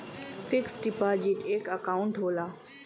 fix deposit एक account होला